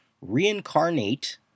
Reincarnate